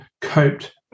coped